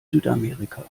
südamerika